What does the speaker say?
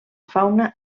fauna